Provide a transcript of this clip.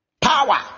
power